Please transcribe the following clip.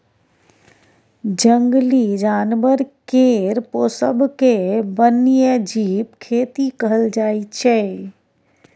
जंगली जानबर केर पोसब केँ बन्यजीब खेती कहल जाइ छै